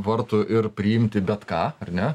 vartų ir priimti bet ką ar ne